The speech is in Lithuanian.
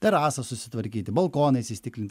terasą susitvarkyti balkoną įstiklinti